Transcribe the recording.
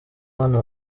bana